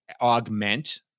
augment